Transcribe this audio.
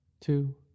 two